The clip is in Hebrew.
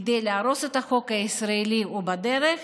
כדי להרוס את החוק הישראלי, ובדרך,